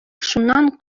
шуннан